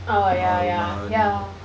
oh ya ya ya